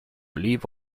leave